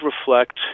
reflect